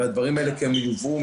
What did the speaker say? והדברים האלה יובאו,